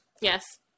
Yes